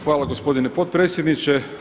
Hvala gospodine potpredsjedniče.